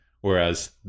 Whereas